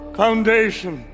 foundation